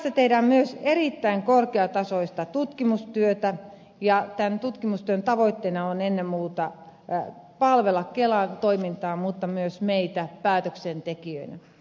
kelassa tehdään myös erittäin korkeatasoista tutkimustyötä ja tämän tutkimustyön tavoitteena on ennen muuta palvella kelan toimintaa mutta myös meitä päätöksentekijöinä